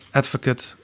advocate